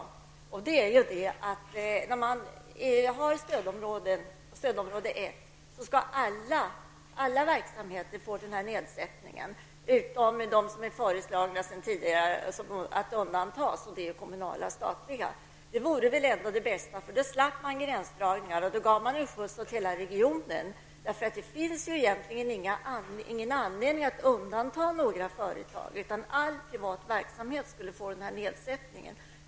Alla verksamheter inom stödområde 1 skall få denna nedsättning utom de som är föreslagna sedan tidigare att undantas, dvs. kommunala och statliga verksamheter. Detta vore väl ändå det bästa? Då skulle man slippa gränsdragningar, och hela regionen skulle få en skjuts. Det finns egentligen ingen anledning att undanta några företag. All privat verksamhet skulle få denna nedsättning.